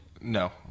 no